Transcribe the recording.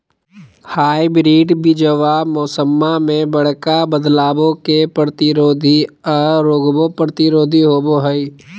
hybrid बीजावा मौसम्मा मे बडका बदलाबो के प्रतिरोधी आ रोगबो प्रतिरोधी होबो हई